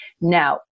Now